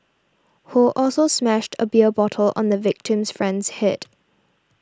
Ho also smashed a beer bottle on the victim's friend's head